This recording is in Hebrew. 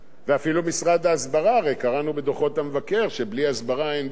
הרי קראנו בדוחות המבקר שבלי הסברה אין ביטחון ואין מדיניות,